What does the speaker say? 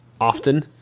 often